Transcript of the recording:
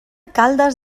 caldes